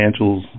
financials